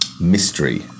Mystery